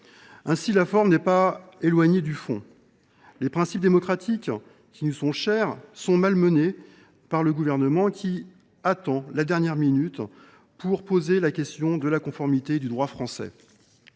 Ainsi, la forme n’est pas éloignée du fond. Les principes démocratiques qui nous sont chers sont malmenés par le Gouvernement, qui attend la dernière minute pour poser la question de la conformité du droit français